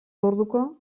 orduko